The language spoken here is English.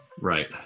right